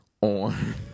on